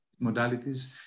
modalities